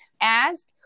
ask